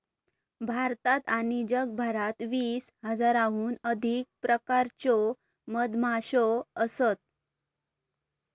भारतात आणि जगभरात वीस हजाराहून अधिक प्रकारच्यो मधमाश्यो असत